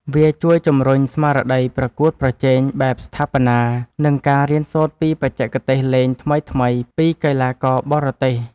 វាជួយជម្រុញស្មារតីប្រកួតប្រជែងបែបស្ថាបនា និងការរៀនសូត្រពីបច្ចេកទេសលេងថ្មីៗពីកីឡាករបរទេស។